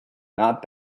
not